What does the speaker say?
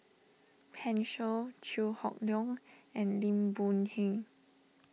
Pan Shou Chew Hock Leong and Lim Boon Heng